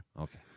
Okay